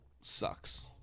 sucks